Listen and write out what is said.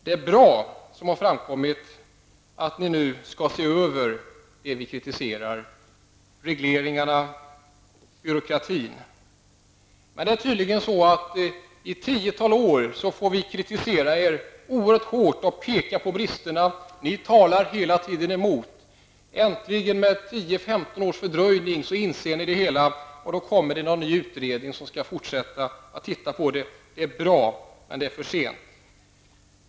Det är bra som har framkommit här att ni nu skall se över det som vi kritiserar: regleringarna och byråkratin. Det är tydligen så att vi får kritisera er oerhört hårt i tiotal år och peka på brister. Ni talar hela tiden emot. Så äntligen, med 10--15 års fördröjning, inser ni det hela. Då tillsätts en utredning som skall titta på saken. Det är bra, men det kommer för sent.